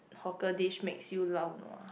hawker dish makes you lao nua